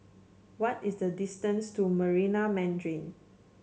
what is the distance to Marina Mandarin